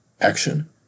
Action